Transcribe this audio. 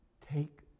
Take